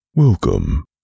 Welcome